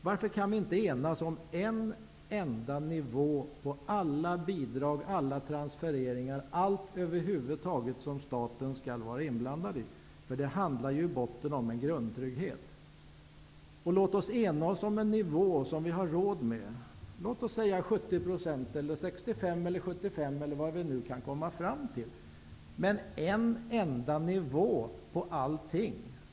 Varför kan vi inte enas om en enda nivå på alla bidrag, alla transfereringar och över huvud taget allt det som staten skall vara inblandad i? Det handlar ju i botten om en grundtrygghet. Låt oss enas om en nivå som vi har råd med. Låt oss säga 70 % eller 65 eller 75 eller vad vi nu kan komma fram till, men låt oss ha en enda nivå på allting.